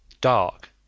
dark